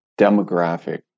demographic